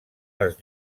les